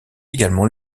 également